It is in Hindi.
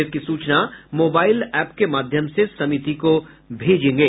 इसकी सूचना मोबाईल एप के माध्यम से समिति को भेजेंगे